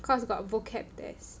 because got vocab test